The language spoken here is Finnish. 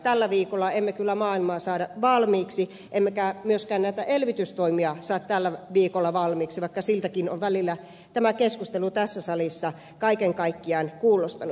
tällä viikolla emme kyllä maailmaa saa valmiiksi emmekä myöskään näitä elvytystoimia saa tällä viikolla valmiiksi vaikka siltäkin on välillä tämä keskustelu tässä salissa kaiken kaikkiaan kuulostanut